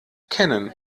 kennen